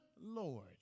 Lord